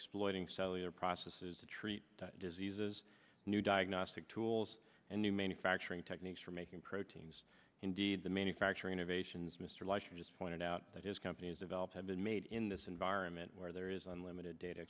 exploiting cellular processes to treat diseases new diagnostic tools and new manufacturing techniques for making proteins indeed the manufacturing of asians mr lasher just pointed out that his company has developed have been made in this environment where there is unlimited data